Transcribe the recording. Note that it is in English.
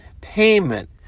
payment